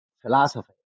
philosophy